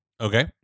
Okay